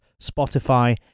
Spotify